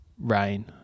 rain